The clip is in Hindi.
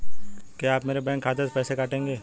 क्या आप मेरे बैंक खाते से पैसे काटेंगे?